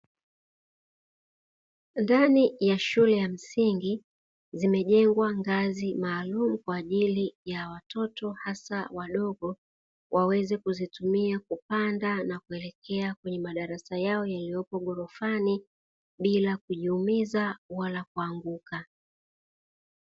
Ndani ya shule ya msingi zimejengwa ngazi maalumu hasa kwa ajili ya watoto, hasa wadogo waweze kuzitumia kupanda na kuelekea kwenye madarasa yao yaliyopo ghorofan,i bila kujiumiza wala kuanguka.